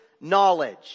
knowledge